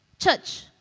Church